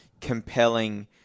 compelling